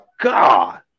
God